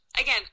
again